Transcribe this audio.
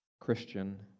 Christian